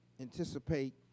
anticipate